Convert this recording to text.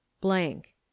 blank